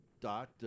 dot